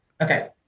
Okay